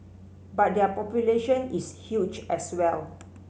but their population is huge as well